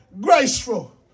graceful